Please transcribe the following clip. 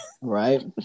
right